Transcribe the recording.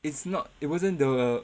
it's not it wasn't the